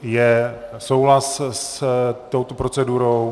Je souhlas s touto procedurou?